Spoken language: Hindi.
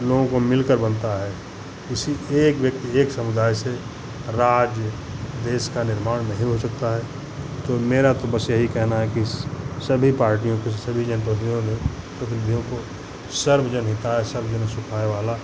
लोगों से मिलकर बनता है किसी एक व्यक्ति एक समुदाय से राज्य देश का निर्माण नहीं हो सकता है तो मेरा तो बस यही कहना है इस सभी पार्टियों को सभी जनपदियों में प्रतिनिधियों को सर्व जन हिताय सर्व जन सुखाय वाला